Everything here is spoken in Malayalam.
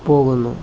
പോകുന്നു